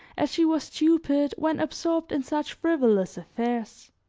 as she was stupid when absorbed in such frivolous affairs.